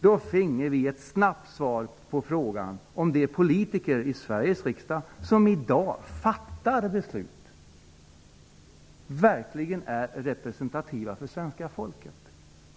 Då finge vi ett snabbt svar på frågan om de politiker i Sveriges riksdag som i dag fattar beslut verkligen är representativa för svenska folket.